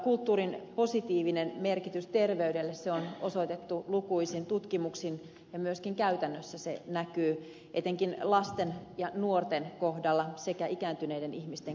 kulttuurin positiivinen merkitys terveydelle on osoitettu lukuisin tutkimuksin ja myöskin käytännössä se näkyy etenkin lasten ja nuorten kohdalla sekä ikääntyneiden ihmisten kohdalla